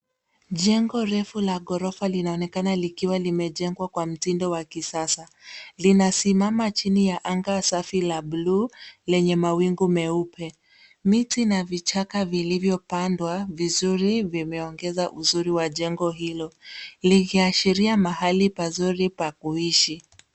Jengo refu la ghorofa linaonekana likiwa limejengwa kwa mtindo wa kisasa. Linasimama chini ya anga safi la bluu lenye mawingu meupe. Miti na vichaka vilivyopandwa vizuri vimeongeza uzuri wa jengo hilo likiashiria mahali pazuri pa kuishi.